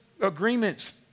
agreements